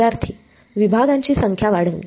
विद्यार्थीः विभागांची संख्या वाढविणे